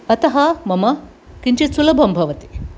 अतः मम किञ्चित् सुलभं भवति